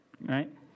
right